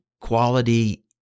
quality –